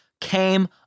came